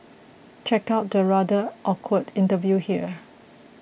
check out the rather awkward interview here